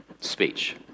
speech